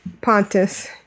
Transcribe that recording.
Pontus